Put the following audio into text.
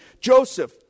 Joseph